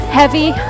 heavy